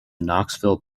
knoxville